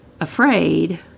afraid